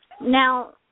Now